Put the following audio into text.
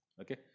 okay